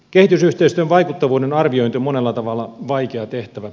kehitysyhteistyön vaikuttavuuden arviointi on monella tavalla vaikea tehtävä